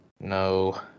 No